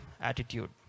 attitude